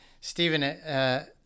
Stephen